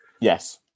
yes